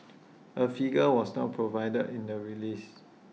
A figure was not provided in the release